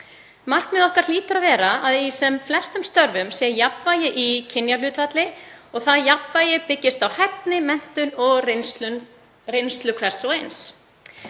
Markmið okkar hlýtur að vera að í sem flestum störfum sé jafnvægi í kynjahlutfalli og það jafnvægi byggist á hæfni, menntun og reynslu hvers og eins.